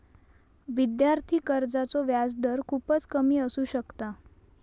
विद्यार्थी कर्जाचो व्याजदर खूपच कमी असू शकता